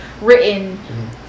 written